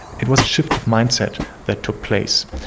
it was a shift of mindset that took place,